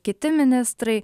kiti ministrai